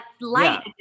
light